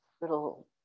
little